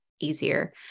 easier